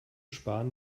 sparen